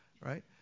right